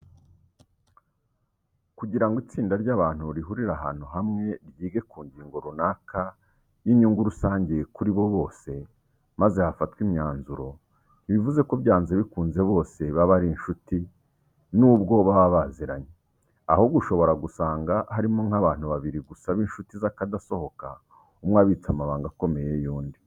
Kugira ngo itsinda ry'abantu rihurire ahantu hamwe, ryige ku ngingo runaka y'inyungu rusange kuri bo bose, maze hafatwe imyanzuro; ntibivuze ko byanze bikunze bose baba ari inshuti n'ubwo baba baziranye; ahubwo ushobora gusanga harimo nk'abantu babiri gusa b'inshuti z'akadasohoka, umwe abitse amabanga akomeye y'undi.